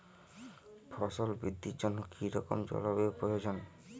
ফসল বৃদ্ধির জন্য কী রকম জলবায়ু প্রয়োজন?